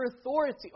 authority